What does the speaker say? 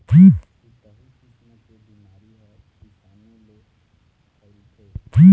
छुतही किसम के बिमारी ह बिसानु ले फइलथे